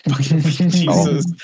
Jesus